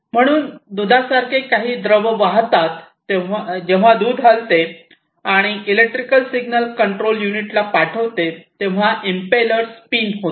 म्हणून जेव्हा दुधासारखे काही द्रव वाहतात जेव्हा दूध हालते आणि इलेक्ट्रिकल सिग्नल कंट्रोल युनिटला पाठवते तेव्हा इंपेलर स्पिन होते